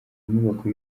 nyubako